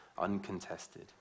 uncontested